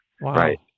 right